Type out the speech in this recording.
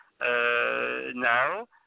now